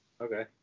okay